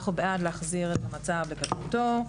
אנחנו בעד להחזיר את המצב לקדמותו.